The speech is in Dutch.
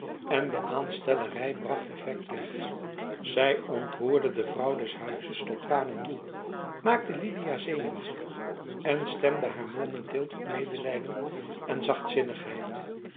en de aanstellerij bracht effect teweeg zij ontroerde de vrouw des huizes tot tranen toe maakte lidia zenuwachtig en stemde haar momenteel tot medelijden en